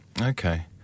Okay